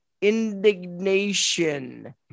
indignation